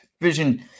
vision